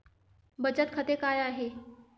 बचत खाते काय आहे?